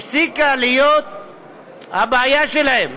הפסיקה להיות הבעיה שלהן,